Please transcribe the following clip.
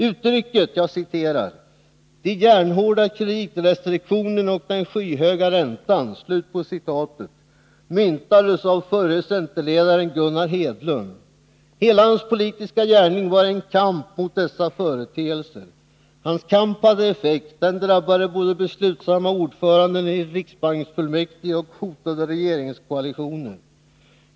Uttrycket ”de järnhårda kreditrestriktionerna och den skyhöga räntan” den myntades av förre centerledaren Gunnar Hedlund. Hela hans politiska gärning var en kamp mot dessa företeelser. Hans kamp hade effekt. Den både drabbade beslutsamma ordförande i riksbanksfullmäktige och hotade regeringskoalitioner.